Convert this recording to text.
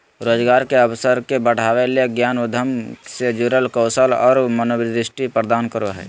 रोजगार के अवसर के बढ़ावय ले ज्ञान उद्योग से जुड़ल कौशल और मनोदृष्टि प्रदान करो हइ